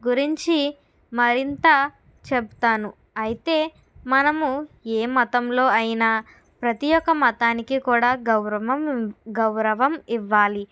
గురించి మరింత చెప్తాను అయితే మనము ఏ మతంలో అయినా ప్రతి ఒక్క మతానికి కూడా గౌరవం గౌరవం ఇవ్వాలి